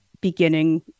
beginning